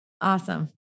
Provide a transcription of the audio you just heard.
Awesome